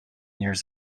years